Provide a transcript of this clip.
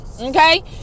Okay